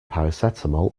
paracetamol